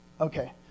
Okay